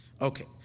Okay